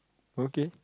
okay